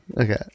Okay